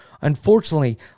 unfortunately